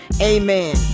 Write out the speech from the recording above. amen